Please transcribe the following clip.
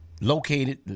located